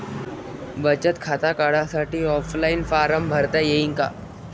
बचत खातं काढासाठी ऑफलाईन फारम भरता येईन का?